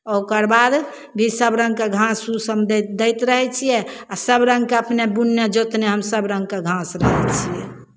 ओकर बाद भी सभ रङ्गके घास उस हम दैत दैत रहै छियै आ सभ रङ्गके अपने बुनने जोतने हम सभ रङ्गके घास रखै छियै